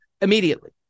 immediately